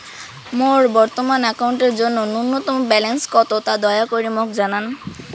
মোর বর্তমান অ্যাকাউন্টের জন্য ন্যূনতম ব্যালেন্স কত তা দয়া করি মোক জানান